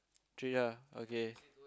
treat her okay